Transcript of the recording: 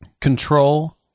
Control